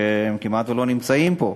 שכמעט לא נמצאת פה,